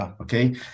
Okay